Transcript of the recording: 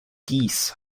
geese